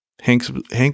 Hank